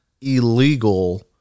illegal